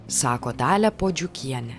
sako dalia puodžiukienė